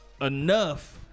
enough